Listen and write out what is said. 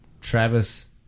Travis